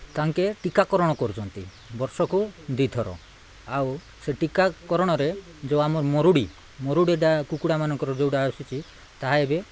ତାଙ୍କେ ଟୀକାକରଣ କରୁଛନ୍ତି ବର୍ଷକୁ ଦୁଇ ଥର ଆଉ ସେ ଟୀକାକରଣରେ ଯେଉଁ ଆମର ମରୁଡ଼ି ମରୁଡ଼ି କୁକୁଡ଼ାମାନଙ୍କର ଯେଉଁଟା ଆସୁଛି ତାହା ଏବେ